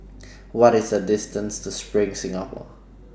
What IS The distance to SPRING Singapore